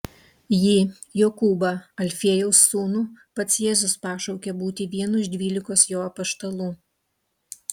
jį jokūbą alfiejaus sūnų pats jėzus pašaukė būti vienu iš dvylikos jo apaštalų